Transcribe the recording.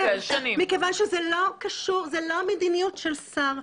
מכיוון שזו לא מדיניות של שר.